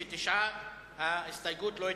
59. ההסתייגות לא התקבלה.